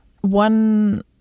one